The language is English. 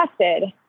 tested